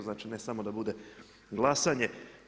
Znači ne samo da bude glasanje.